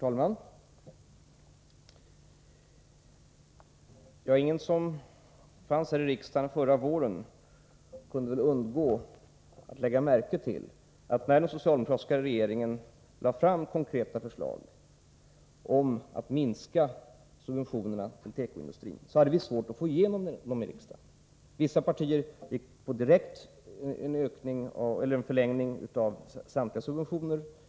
Herr talman! Ingen som fanns i riksdagen under förra våren kunde väl undgå att lägga märke till att när den socialdemokratiska regeringen lade fram konkreta förslag om minskning av subventionerna till tekoindustrin hade vi svårt att få igenom dessa förslag i riksdagen. Vissa partier gick direkt på en förlängning av samtliga subventioner.